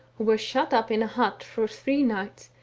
were shut up in a hut for three nights,